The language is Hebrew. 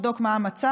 לבדוק מה המצב,